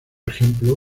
ejemplo